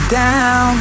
down